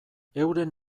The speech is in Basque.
euren